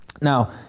Now